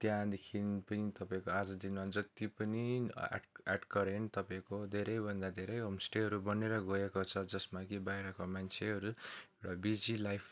त्यहाँदेखि पनि तपाईँको आजको दिनमा जति पनि ए्याड करेन्ट तपैको धेरैभन्दा धेरै होमस्टेहरू बन्नेर गोएको छ जस्मा कि बाइरको मान्छेहरू र बिजी लाइफ